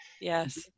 yes